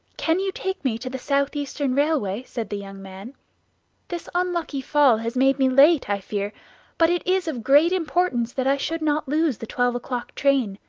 can you take me to the south-eastern railway? said the young man this unlucky fall has made me late, i fear but it is of great importance that i should not lose the twelve o'clock train.